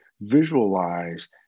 visualize